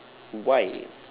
why